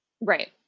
Right